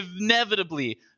inevitably